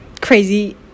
crazy